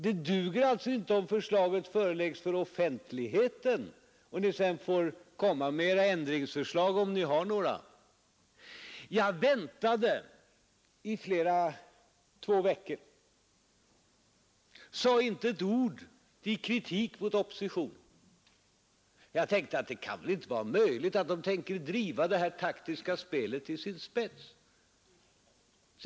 Det duger alltså inte om förslag föreläggs inför offentligheten och ni sedan får komma med era ändringsförslag om ni har några. Jag väntade i två veckor. Jag sade inte ett ord av kritik mot oppositionen. Jag tänkte att det kan väl inte vara möjligt att de tänker driva det här taktiska spelet till sin spets.